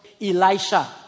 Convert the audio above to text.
Elisha